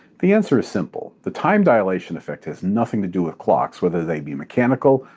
the answer is simple. the time dilation effect has nothing to do with clocks, whether they be mechanical,